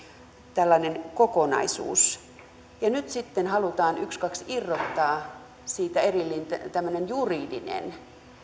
tällainen kokonaisuus ja nyt sitten halutaan ykskaks irrottaa siitä tämmöinen juridinen